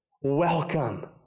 welcome